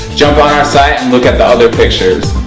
jump on our site and look at the other pictures.